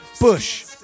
bush